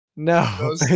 No